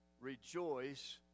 rejoice